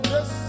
Yes